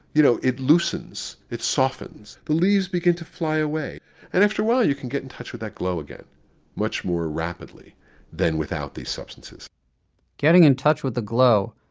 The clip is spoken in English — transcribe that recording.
you know, it loosens, it softens, the leaves begin to fly away and after a while you can get in touch with that glow again much more rapidly than without these substances getting in touch with the glow,